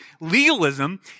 Legalism